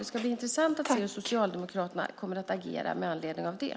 Det ska bli intressant att se hur Socialdemokraterna kommer att agera med anledning av det.